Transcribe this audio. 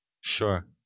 Sure